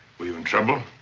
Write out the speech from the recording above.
were you in trouble?